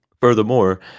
Furthermore